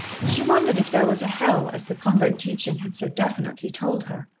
she wondered if there was a hell, as the convent teaching had so definitely told her.